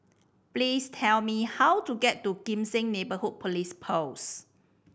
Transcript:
please tell me how to get to Kim Seng Neighbourhood Police Post